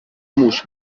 موش